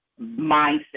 mindset